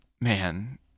man